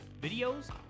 videos